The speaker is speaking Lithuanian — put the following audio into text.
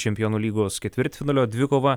čempionų lygos ketvirtfinalio dvikovą